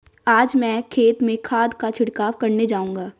आज मैं खेत में खाद का छिड़काव करने जाऊंगा